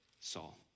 Saul